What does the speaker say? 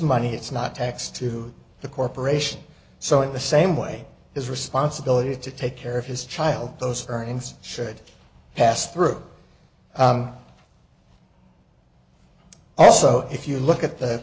money it's not taxed to the corporation so in the same way his responsibility to take care of his child those earnings should pass through also if you look at the